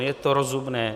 Je to rozumné?